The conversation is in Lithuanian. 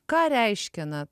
ką reiškia na